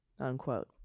Unquote